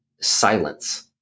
silence